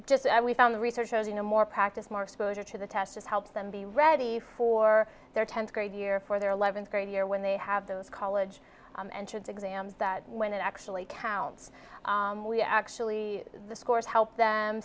just found the research shows you know more practice more exposure to the testers helps them be ready for their tenth grade year for their eleventh grade year when they have those college entrance exams that when it actually counts actually the scores help them